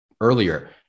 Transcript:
earlier